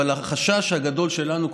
אבל החשש הגדול שלנו,